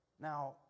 Now